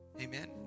Amen